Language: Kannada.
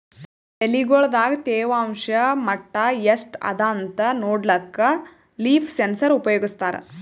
ಎಲಿಗೊಳ್ ದಾಗ ತೇವಾಂಷ್ ಮಟ್ಟಾ ಎಷ್ಟ್ ಅದಾಂತ ನೋಡ್ಲಕ್ಕ ಲೀಫ್ ಸೆನ್ಸರ್ ಉಪಯೋಗಸ್ತಾರ